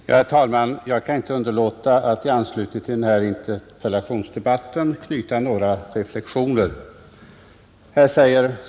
Herr talman! Jag kan inte underlåta att i anslutning till den här interpellationsdebatten göra några reflexioner.